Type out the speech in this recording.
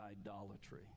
idolatry